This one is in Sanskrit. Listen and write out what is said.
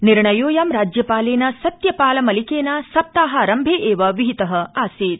निर्णयोयं राज्यपालेन सत्यपालमलिकेन सप्ताहारम्भे एव विहित आसीत्